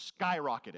skyrocketed